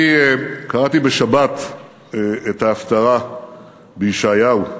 קראתי בשבת את ההפטרה בישעיהו.